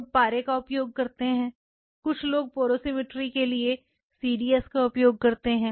लोग पारे का उपयोग करते हैं कुछ लोग पोर्सिमेट्री के लिए CDS का उपयोग करते हैं